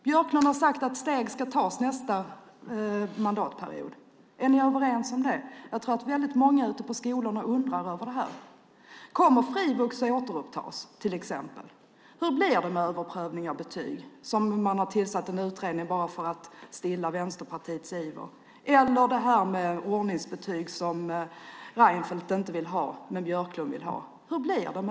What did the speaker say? Björklund har sagt att steg ska tas nästa mandatperiod. Är ni överens om det? Jag tror att många ute på skolorna undrar över det här. Kommer frivux att återupptas, till exempel? Hur blir det med överprövning av betyg? Man har ju tillsatt en utredning om det bara för att stilla Vänsterpartiets iver. Hur blir det med ordningsbetygen, som Reinfeldt inte vill ha men som Björklund vill ha?